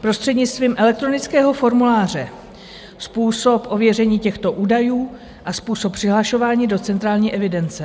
prostřednictvím elektronického formuláře, způsob ověření těchto údajů a způsob přihlašování do centrální evidence.